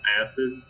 acid